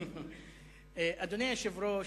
אדוני היושב-ראש,